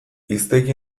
hiztegi